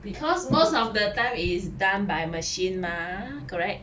because most of the time it is done by machine mah correct